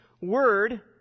word